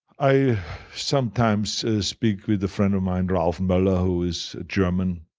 i sometimes speak with a friend of mine, ralf moller who is german.